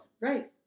Right